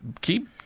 keep